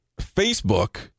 Facebook